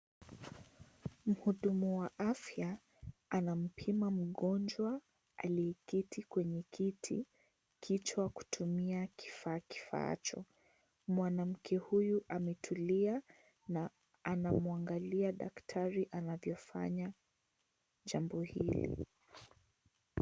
Mhudumu wa afya, anampima mgonjwa aliyeketi kwenye kiti kichwa kutumia kifaa kifaacho. Mwanamke huyu, ametulia na anamwangalia daktari anavyofanya jambo hili.